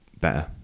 better